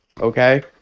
okay